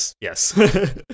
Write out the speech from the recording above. yes